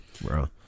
bro